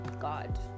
God